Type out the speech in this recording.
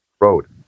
road